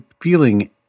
feeling